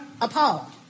appalled